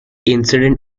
incident